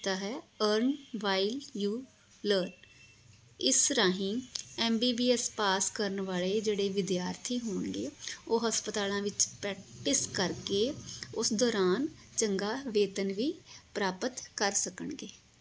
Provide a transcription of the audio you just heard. ਕੀਤਾ ਹੈ earn while you learn ਇਸ ਰਾਹੀਂ M B B S pass ਕਰਨ ਵਾਲੇ ਜਿਹੜੇ ਵਿਦਿਆਰਥੀ ਹੋਣਗੇ ਉਹ ਹਸਪਤਾਲਾਂ ਵਿੱਚ ਪ੍ਰੈਕਟਿਸ ਕਰਕੇ ਉਸ ਦੌਰਾਨ ਚੰਗਾਂ ਵੇਤਨ ਵੀ ਪ੍ਰਾਪਤ ਕਰ ਸਕਣਗੇ